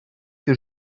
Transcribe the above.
que